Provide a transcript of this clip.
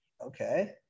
Okay